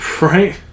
Right